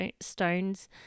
stones